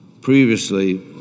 previously